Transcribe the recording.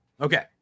Okay